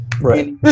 Right